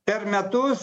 per metus